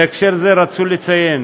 בהקשר זה ראוי לציין